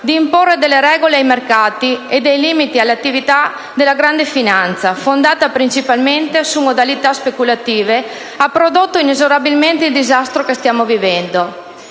di imporre delle regole ai mercati e dei limiti all'attività della grande finanza, fondata principalmente su modalità speculative, ha prodotto inesorabilmente il disastro che stiamo vivendo.